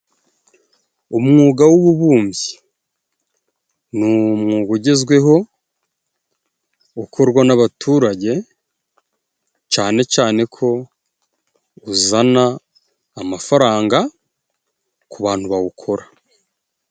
Umwuga w'ububumbyi , ni umwuga ugezweho ukorwa n'abaturage cane cane ko uzana amafaranga ku bantu bawukora.